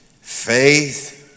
faith